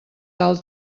tal